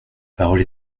parole